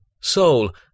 Soul